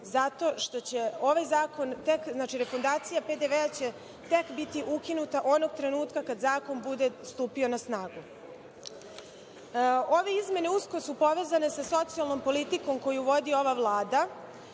zato što će ovaj zakon tek, znači refundacija PDV-a će tek biti ukinuta onog trenutka kada zakon bude stupio na snagu. Ove izmene usko su povezane sa socijalnom politikom koju vodi ova Vlada,